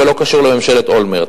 ולא קשור לממשלת אולמרט,